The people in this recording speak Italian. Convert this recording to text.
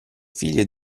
figlio